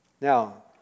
Now